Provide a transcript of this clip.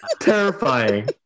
Terrifying